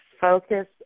focus